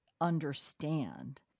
understand